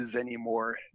anymore